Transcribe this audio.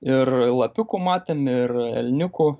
ir lapiukų matėm ir elniukų